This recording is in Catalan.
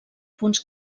punts